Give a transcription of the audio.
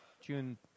June